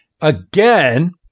again